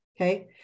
Okay